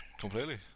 completely